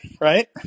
right